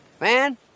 Man